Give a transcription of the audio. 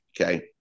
Okay